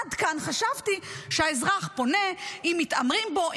עד כאן חשבתי שהאזרח פונה אם מתעמרים בו,